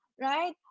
right